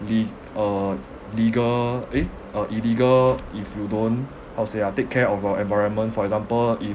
le~ uh legal eh uh illegal if you don't how to say ah take care of our environment for example if